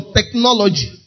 Technology